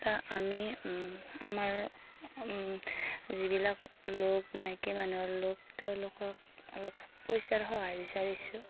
আমি আমাৰ যিবিলাক লগ মাইকী মানুহৰ লগ তেওঁলোকক অলপ পইচাৰ সহায় বিচাৰিছোঁ